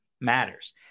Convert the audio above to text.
matters